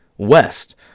West